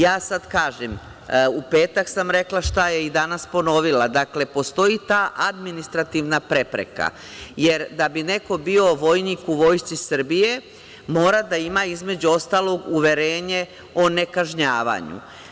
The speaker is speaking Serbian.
Ja sada kažem, u petak sam rekla šta je i danas ponovila, dakle, postoji ta administrativna prepreka, jer da bi neko bio vojnik u Vojsci Srbije, mora da ima, između ostalog, uverenje o nekažnjavanju.